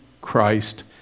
Christ